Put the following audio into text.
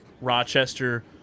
Rochester